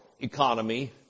economy